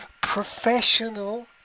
professional